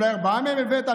אולי ארבעה מהם הבאת,